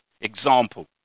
example